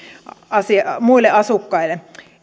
muille asukkaille